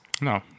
No